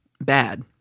bad